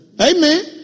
Amen